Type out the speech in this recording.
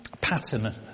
pattern